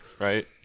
right